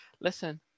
listen